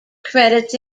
credits